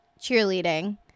cheerleading